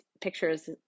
pictures